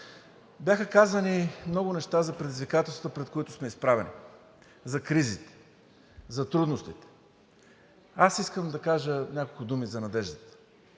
Бяха казани много неща за предизвикателствата, пред които сме изправени – за кризи, за трудности. Аз искам да кажа няколко думи за надеждата.